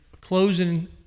closing